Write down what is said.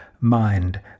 mind